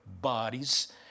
bodies